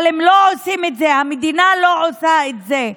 אבל הם לא עושים את זה, המדינה לא עושה את זה.